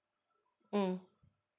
mm